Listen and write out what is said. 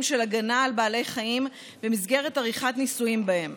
של הגנה על בעלי חיים במסגרת עריכת ניסויים בהם.